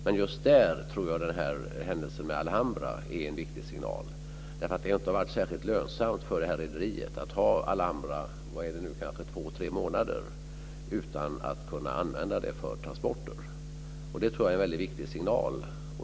Men just där tror jag att den här händelsen med Alambra är en viktig signal. Det har inte varit särskilt lönsamt för det här rederiet att ha Alambra liggande kanske två tre månader utan att kunna använda henne för transporter. Det tror jag är en väldigt viktig signal.